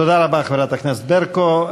תודה רבה, חברת הכנסת ברקו.